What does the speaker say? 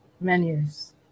menus